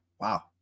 Wow